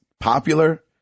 popular